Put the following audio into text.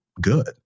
good